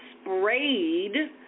sprayed